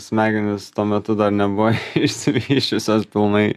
smegenys tuo metu dar nebuvo išsivysčiusios pilnai